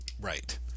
right